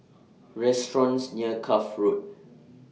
restaurants near Cuff Road